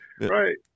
Right